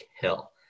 Hill